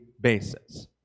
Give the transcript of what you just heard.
basis